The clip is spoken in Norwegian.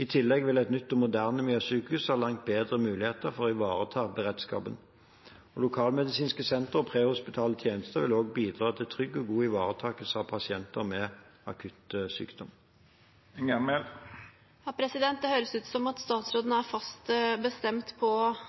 I tillegg vil et nytt og moderne mjøssykehus ha langt bedre muligheter for å ivareta beredskap. Lokalmedisinske sentre og prehospitale tjenester vil også bidra til trygg og god ivaretakelse av pasienter med akutt sykdom. Det høres ut som at statsråden er fast bestemt på